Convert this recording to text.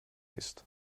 ist